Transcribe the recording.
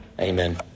Amen